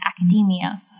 academia